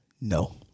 No